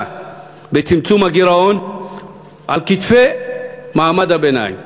בצמצום הגירעון על כתפי מעמד הביניים